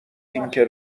اینکه